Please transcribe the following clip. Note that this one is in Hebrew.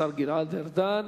השר גלעד ארדן.